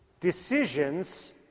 decisions